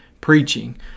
preaching